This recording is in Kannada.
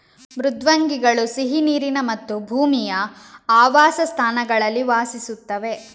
ಮೃದ್ವಂಗಿಗಳು ಸಿಹಿ ನೀರಿನ ಮತ್ತು ಭೂಮಿಯ ಆವಾಸಸ್ಥಾನಗಳಲ್ಲಿ ವಾಸಿಸುತ್ತವೆ